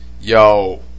yo